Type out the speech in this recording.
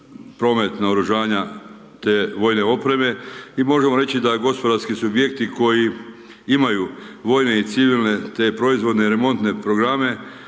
naoružanja te vojne opreme i možemo reći da gospodarski subjekti koji imaju vojne i civilne, te proizvodne remontne programe,